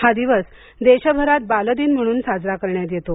हा दिवस देशभरात बाल दिन म्हणून साजरा करण्यात येतो